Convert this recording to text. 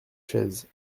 chaise